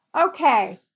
okay